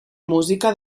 música